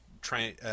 trying –